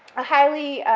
a highly,